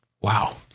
Wow